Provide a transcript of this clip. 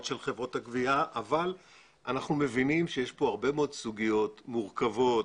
של חברות הגבייה אבל אנחנו מבינים שיש פה הרבה סוגיות מורכבות